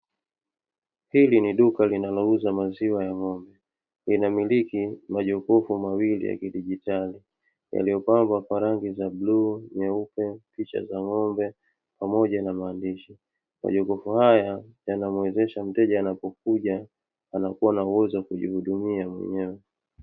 Hili ni duka linalo uza maziwa ya ng'ombe, lina miliki majokofu mawili ya kidigitali, yaliyo pambwa kwa rangi za bluu, nyeupe, picha za ng'ombe pamoja na maandishi. Majokofu haya yanamuwezesha mteja anapokuja anakuwa na uwezo wa kujihudumia mwenyewe.